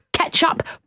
ketchup